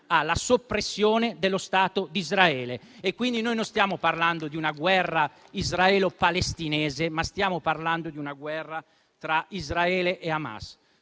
ha la soppressione dello Stato d'Israele. Non stiamo parlando, quindi, di una guerra israelo-palestinese, ma stiamo parlando di una guerra tra Israele e Hamas.